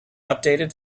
updated